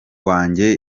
wanjye